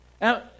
Now